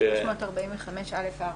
סעיף 345(א)(4).